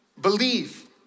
Believe